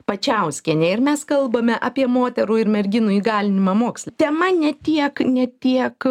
pačiauskienė ir mes kalbame apie moterų ir merginų įgalinimą moksle tema ne tiek ne tiek